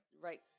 right